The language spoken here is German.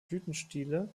blütenstiele